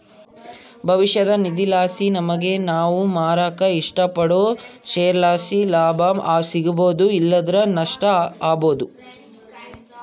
ಭವಿಷ್ಯದ ನಿಧಿಲಾಸಿ ನಮಿಗೆ ನಾವು ಮಾರಾಕ ಇಷ್ಟಪಡೋ ಷೇರುಲಾಸಿ ಲಾಭ ಸಿಗ್ಬೋದು ಇಲ್ಲಂದ್ರ ನಷ್ಟ ಆಬೋದು